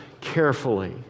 carefully